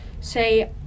say